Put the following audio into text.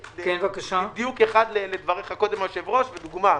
אתייחס לדבריך, אדוני היושב-ראש, ואציג דוגמה,